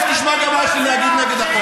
תכף תשמע גם מה יש לי להגיד נגד החוק.